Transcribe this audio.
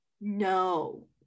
No